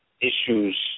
issues